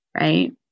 right